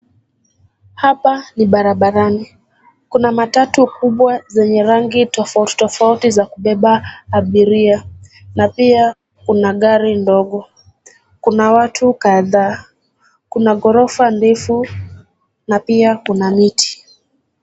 Hapa ni barabarani. Kuna matatu kubwa zenye rangi tofauti tofauti za kubeba abiria, na pia kuna gari ndogo. Kuna watu kadhaa. Kuna ghorofa ndefu, na pia kuna miti.